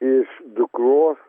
iš dukros